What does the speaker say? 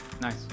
Nice